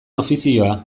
ofizioa